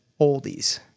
oldies